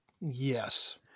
yes